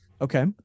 Okay